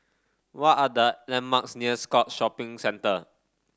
what are the landmarks near Scotts Shopping Centre